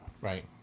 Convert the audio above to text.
Right